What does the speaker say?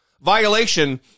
violation